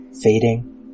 fading